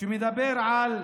מדברת על